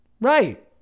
right